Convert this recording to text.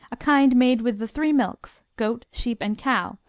a kind made with the three milks, goat, sheep and cow,